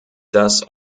das